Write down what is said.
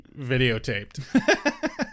videotaped